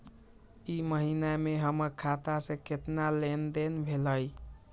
ई महीना में हमर खाता से केतना लेनदेन भेलइ?